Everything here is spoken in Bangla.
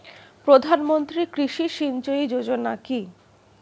প্রধানমন্ত্রী কৃষি সিঞ্চয়ী যোজনা কি?